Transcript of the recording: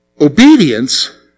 Obedience